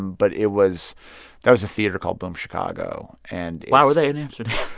and but it was that was a theater called boom chicago. and. why were they in amsterdam?